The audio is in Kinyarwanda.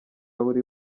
buri